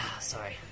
Sorry